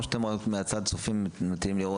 או שאתם רק מהצד צופים ורואים מה?